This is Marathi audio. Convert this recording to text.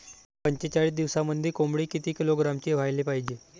पंचेचाळीस दिवसामंदी कोंबडी किती किलोग्रॅमची व्हायले पाहीजे?